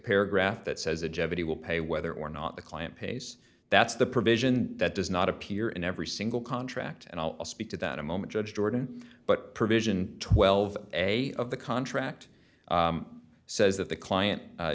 paragraph that says a jedi will pay whether or not the client pays that's the provision that does not appear in every single contract and i'll speak to that a moment judge jordan but provision twelve a of the contract says that the client